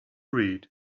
read